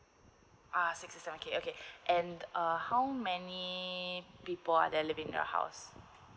uh six to seven K okay okay and uh how many uh people are there living in the house